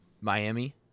Miami